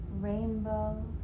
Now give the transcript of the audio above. rainbow